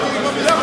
מה זה מקצועית פה?